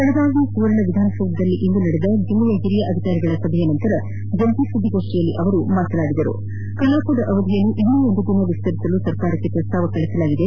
ಬೆಳಗಾವಿಯ ಸುವರ್ಣ ವಿಧಾನಸೌಧದಲ್ಲಿ ಇಂದು ನಡೆದ ಜಿಲ್ಲೆಯ ಹಿರಿಯ ಅಧಿಕಾರಿಗಳ ಸಭೆಯ ಬಳಕ ಸುದ್ದಿಗೋಷ್ಠಿಯಲ್ಲಿ ಅವರು ಮಾತನಾಡಿ ಕಲಾಪದ ಅವಧಿಯನ್ನು ಇನ್ನೊಂದು ದಿನ ವಿಸ್ತರಿಸಲು ಸರ್ಕಾರಕ್ಕೆ ಪ್ರಸ್ತಾವ ಕಳಸಲಾಗಿದೆ